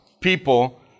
people